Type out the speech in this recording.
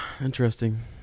Interesting